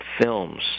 films